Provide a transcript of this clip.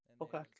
Okay